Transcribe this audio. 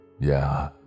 Yeah